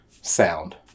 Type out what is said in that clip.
sound